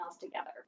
together